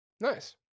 Nice